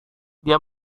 dia